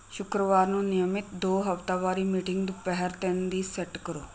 ਸ਼ੁੱਕਰਵਾਰ ਨੂੰ ਨਿਯਮਤ ਦੋ ਹਫਤਾਵਾਰੀ ਮੀਟਿੰਗ ਦੁਪਹਿਰ ਤਿੰਨ ਦੀ ਸੈੱਟ ਕਰੋ